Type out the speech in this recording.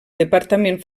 departament